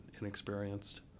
inexperienced